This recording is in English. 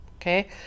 Okay